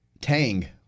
Tang